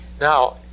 now